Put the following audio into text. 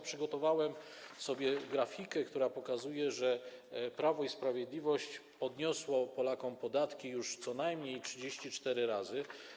Przygotowałem sobie grafikę, która pokazuje, że Prawo i Sprawiedliwość podniosło Polakom podatki już co najmniej 34 razy.